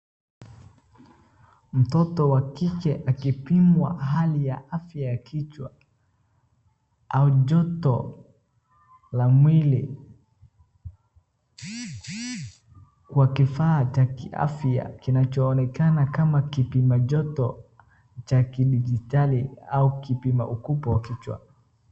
Mtotot wa kike akipimwa hali ya afya ya kichwa au joto la mwili. Kwa kiaa cha afya kinachoonekana kama kipima aya cha kidijitali au kipima ukubwa kichwa.